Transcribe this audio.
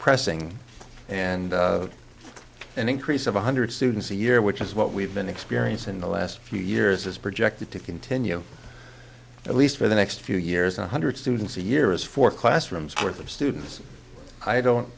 pressing and an increase of one hundred students a year which is what we've been experiencing in the last few years is projected to continue at least for the next few years one hundred students a year is four classrooms worth of students i don't